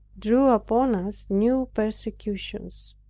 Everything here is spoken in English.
drew upon us new persecutions.